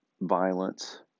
violence